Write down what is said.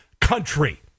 country